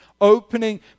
opening